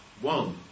one